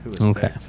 Okay